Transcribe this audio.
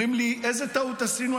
אומרים לי: איזו טעות עשינו,